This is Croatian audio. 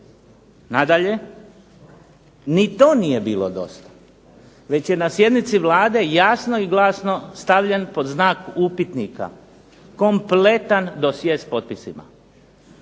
Nadalje, ni to nije bilo dosta već je na sjednici Vlade jasno i glasno stavljen pod znak upitnika kompletan dosje s potpisima.